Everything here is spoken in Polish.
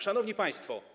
Szanowni Państwo!